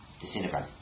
disintegrate